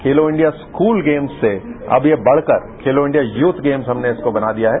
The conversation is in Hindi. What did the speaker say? खेलों इंडिया स्कूल गेम्स से अब यह बढ़कर खेलों इंडिया यूथ गैम्स हमने इसको बना दिया है